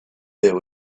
there